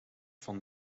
van